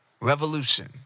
revolution